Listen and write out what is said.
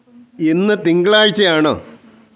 ഇന്ന് തിങ്കളാഴ്ചയാണോ